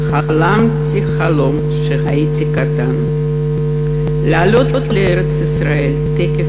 "חלמתי חלום כשהייתי קטן לעלות לארץ-ישראל תכף